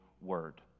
word